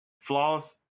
flaws